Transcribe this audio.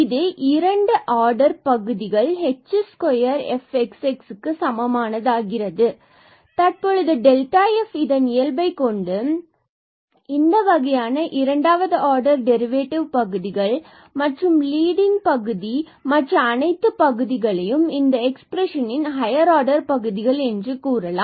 இது இரண்டு ஆர்டர் பகுதிகள் h2fxxக்கு சமமானது ஆகிறது f12h2fxx2hkfxyk2fkkab எனவே தற்பொழுது f இதன் இயல்பை கொண்டு இந்த வகையான இரண்டாவது ஆர்டர் டெரிவேடிவ் பகுதிகள் மற்றும் லீடிங் பகுதி மற்ற அனைத்து பகுதிகளையும் இந்த எக்ஸ்பிரஷன் இன் ஹையர் ஆர்டர் பகுதிகள் என்று கூறலாம்